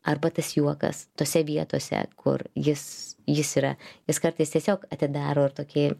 arba tas juokas tose vietose kur jis jis yra jis kartais tiesiog atidaro ir tokie jau